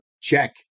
check